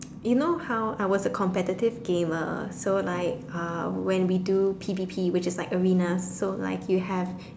you know how I was a competitive gamer so like uh when we do P_D_P which is like arenas so like you have